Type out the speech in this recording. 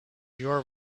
your